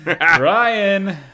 ryan